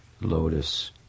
lotus